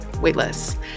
weightless